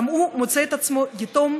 גם הוא מוצא את עצמו יתום,